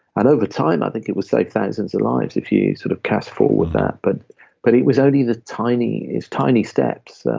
and over time i think it will save thousands of lives if you sort of cast forward with that. but but it was only the tiny. it's tiny steps,